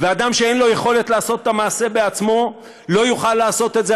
אדם שאין לו יכולת לעשות את המעשה בעצמו לא יוכל לעשות את זה.